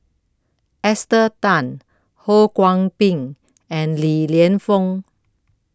Esther Tan Ho Kwon Ping and Li Lienfung